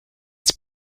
its